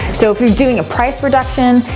so if you're doing a price reduction,